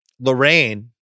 Lorraine